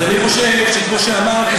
אז אני חושב שכמו שאמרתי,